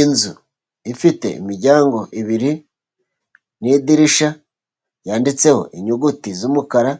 Inzu ifite imiryango ibiri, n'idirishya, ryanditseho inyuguti z'umukara,